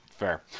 fair